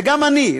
וגם אני,